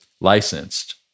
licensed